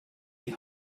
die